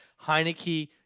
Heineke